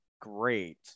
great